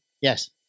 yes